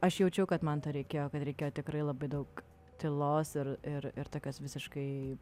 aš jaučiau kad man to reikėjo kad reikėjo tikrai labai daug tylos ir ir ir tokios visiškai